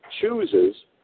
chooses